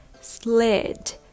slid